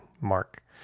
Mark